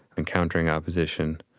encountering opposition,